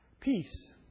Peace